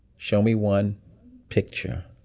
show me one picture